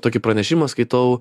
tokį pranešimą skaitau